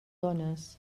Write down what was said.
dones